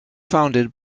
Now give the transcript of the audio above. founded